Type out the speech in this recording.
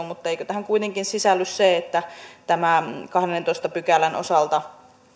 mutta eikö tähän kuitenkin sisälly se että tämä kahdennentoista pykälän osalta